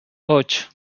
ocho